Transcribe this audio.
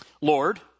Lord